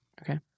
okay